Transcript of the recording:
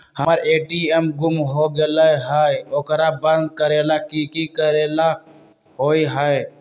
हमर ए.टी.एम गुम हो गेलक ह ओकरा बंद करेला कि कि करेला होई है?